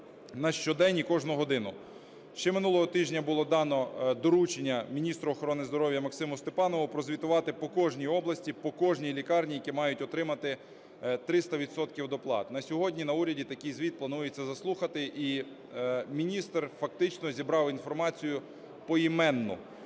щодень і кожну годину. Ще минулого тижня було дано доручення міністра охорони здоров'я Максиму Степанову прозвітувати по кожній області, по кожній лікарні, які мають отримати 300 відсотків доплат. На сьогодні на уряді такий звіт планується заслухати, і міністр фактично зібрав інформацію поіменно.